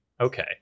okay